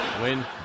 win